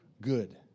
good